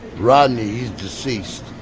rodney, he's deceased.